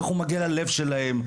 איך הוא מגיע ללב שלהם,